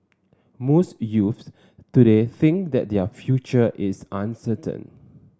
most youths today think that their future is uncertain